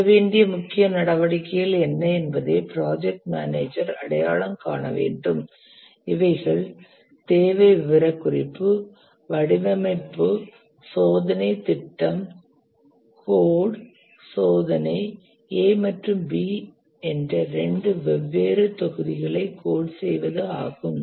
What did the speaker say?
செய்ய வேண்டிய முக்கிய நடவடிக்கைகள் என்ன என்பதை ப்ராஜெக்ட் மேனேஜர் அடையாளம் காண வேண்டும் இவைகள் தேவை விவரக்குறிப்பு வடிவமைப்பு சோதனை திட்டம் கோட் சோதனை A மற்றும் B என்ற இரண்டு வெவ்வேறு தொகுதிகளை கோட் செய்வது ஆகும்